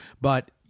But-